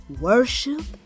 worship